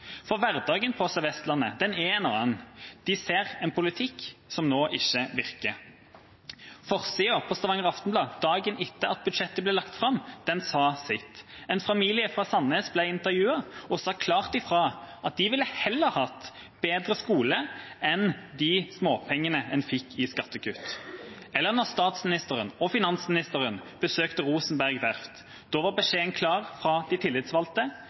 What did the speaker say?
annen. Hverdagen på Sør-Vestlandet er en annen. Der ser man nå en politikk som ikke virker. Forsiden på Stavanger Aftenblad dagen etter at budsjettet ble lagt fram, sa sitt. En familie fra Sandnes ble intervjuet og sa klart ifra om at de ville heller hatt bedre skole enn de småpengene en fikk i skattekutt. Og da statsministeren og finansministeren besøkte Rosenberg verft, var beskjeden fra de tillitsvalgte